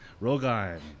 Rogan